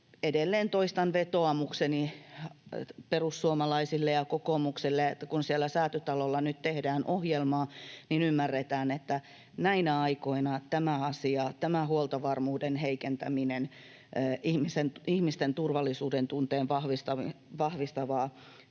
edelleen toistan vetoomukseni perussuomalaisille ja kokoomukselle, että kun siellä Säätytalolla nyt tehdään ohjelmaa, niin ymmärretään, että näinä aikoina tämä asia, tämä huoltovarmuuden heikentäminen, ihmisten turvallisuudentunnetta vahvistavan